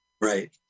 Right